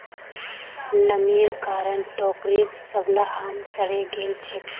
नमीर कारण टोकरीर सबला आम सड़े गेल छेक